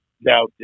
Now